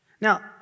Now